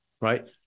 right